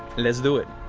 let's do it